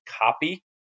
copy